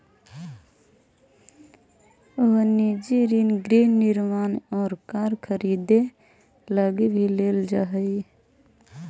वनिजी ऋण गृह निर्माण और कार खरीदे लगी भी लेल जा हई